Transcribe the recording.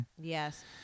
Yes